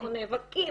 אנחנו נאבקים,